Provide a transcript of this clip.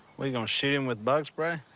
are you going to shoot him with bug spray?